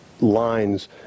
lines